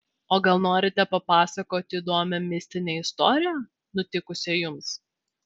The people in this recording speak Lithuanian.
o gal norite papasakoti įdomią mistinę istoriją nutikusią jums